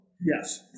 Yes